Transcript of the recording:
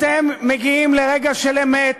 אתם מגיעים לרגע של אמת